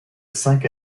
cinq